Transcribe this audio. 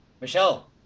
Michelle